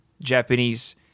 Japanese